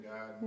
God